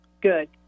Good